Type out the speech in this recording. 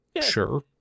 Sure